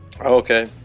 Okay